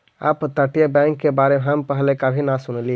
अपतटीय बैंक के बारे में हम पहले कभी न सुनली